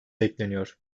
bekleniyor